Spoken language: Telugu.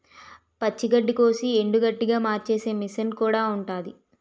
పచ్చి గడ్డికోసి ఎండుగడ్డిగా మార్చేసే మిసన్ కూడా ఉంటాది